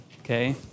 okay